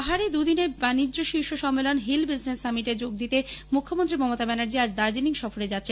পাহাড়ে দুদিনের বাণিজ্য শীর্ষ সম্মেলন হিল বিসনেস সামিটে যোগ দিতে মুখ্যমন্ত্রী মমতা ব্যানার্জী আজ দার্জিলিং সফরে যাচ্ছেন